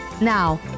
Now